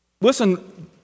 Listen